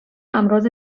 امراض